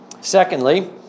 Secondly